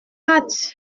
hâte